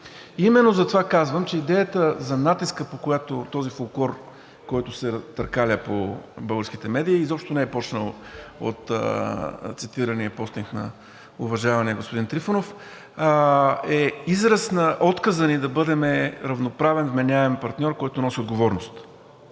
Именно затова казвам, че идеята за натиска, по която този фолклор, който се търкаля по българските медии, изобщо не е почнал от цитирания постинг на уважавания господин Трифонов, е израз на отказа ни да бъдем равноправен вменяем партньор, който носи отговорност.